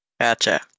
Gotcha